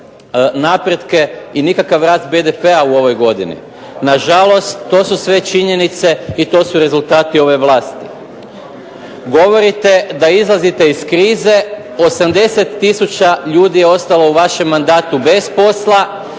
napretke i nikakav rast BDP-a u ovoj godini. Na žalost to su sve činjenice i to su rezultati ove vlasti. Govorite da izlazite iz krize. 80000 ljudi je ostalo u vašem mandatu bez posla,